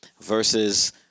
versus